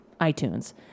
iTunes